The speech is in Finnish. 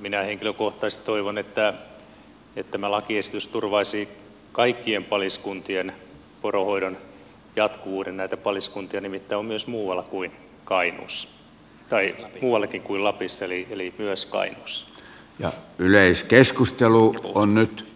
minä henkilökohtaisesti toivon että tämä lakiesitys turvaisi kaikkien paliskuntien poronhoidon jatkuvuuden näitä paliskuntia nimittäin on myös muuallakin kuin lapissa eli myös painos ja yleiskeskustelu on nyt